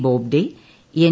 Bobde N